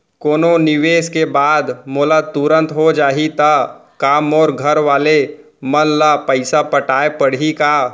कोनो निवेश के बाद मोला तुरंत हो जाही ता का मोर घरवाले मन ला पइसा पटाय पड़ही का?